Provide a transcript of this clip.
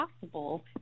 possible